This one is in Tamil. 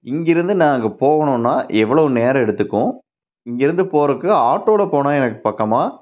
இங்கிருந்து நான் அங்கே போகணுன்னா எவ்ளவு நேரம் எடுத்துக்கும் இங்கேயிருந்து போறதுக்கு ஆட்டோவில் போனால் எனக்கு பக்கமா